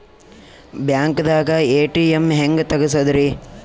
ಬ್ಯಾಂಕ್ದಾಗ ಎ.ಟಿ.ಎಂ ಹೆಂಗ್ ತಗಸದ್ರಿ?